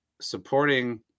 supporting